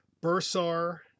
Bursar